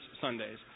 Sundays